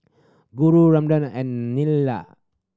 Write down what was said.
Guru Ramden and Neila